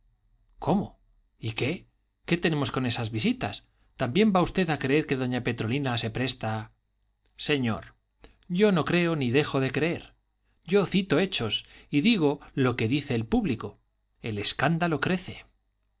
cómo y qué qué tenemos con esas visitas también va usted a creer que doña petronila se presta señor yo no creo ni dejo de creer yo cito hechos y digo lo que dice el público el escándalo crece